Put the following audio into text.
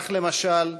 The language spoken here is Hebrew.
כך, למשל,